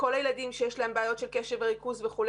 - כל הילדים שיש להם בעיות קשב וריכוז וכו',